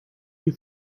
you